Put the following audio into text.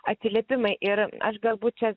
atsiliepimai ir aš galbūt čia